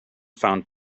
found